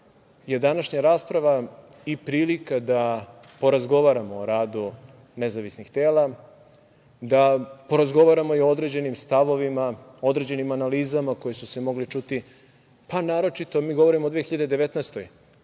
je današnja rasprava i prilika da porazgovaramo o radu nezavisnih tela, da porazgovaramo i o određenim stavovima, određenim analizama koje su se mogle čuti naročito, mi govorimo o 2019.